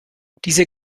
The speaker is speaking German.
diese